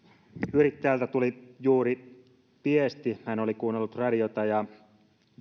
yrittäjältä tuli juuri viesti hän oli kuunnellut radiota ja